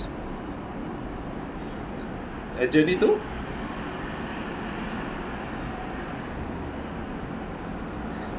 a journey too